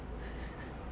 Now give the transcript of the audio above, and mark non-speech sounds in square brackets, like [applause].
[laughs]